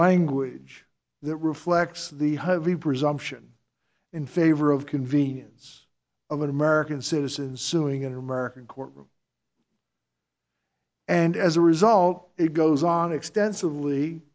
language that reflects the hovey presumption in favor of convenience of an american citizen suing in an american courtroom and as a result it goes on extensively